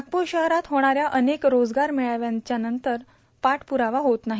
नागपूर शहरात होणाऱ्या अनेक रोजगार मेळाव्यांचा नंतर पाठप्ररावा होत नाही